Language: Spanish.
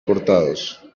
cortados